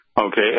okay